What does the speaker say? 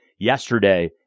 Yesterday